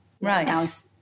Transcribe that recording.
Right